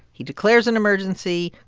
he declares an emergency,